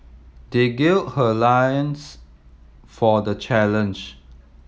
they gird her lions for the challenge